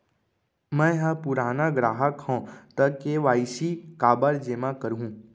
मैं ह पुराना ग्राहक हव त के.वाई.सी काबर जेमा करहुं?